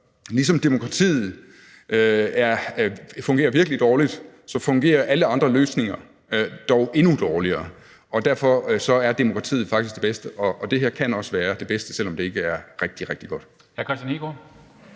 ligesom demokratiet fungerer virkelig dårligt, fungerer alle andre løsninger dog endnu dårligere, og derfor er demokratiet faktisk det bedste, og det her kan også være det bedste, selv om det ikke er rigtig, rigtig godt.